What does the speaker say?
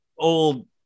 old